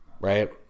right